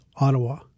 Ottawa